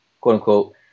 quote-unquote